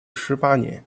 十八年